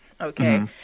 okay